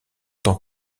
tant